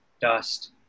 dust